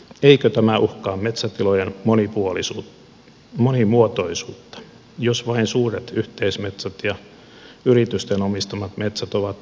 eikö tämä uhkaa metsätilojen monimuotoisuutta jos vain suuret yhteismetsät ja yritysten omistamat metsät ovat sallittuja